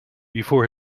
before